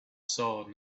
sword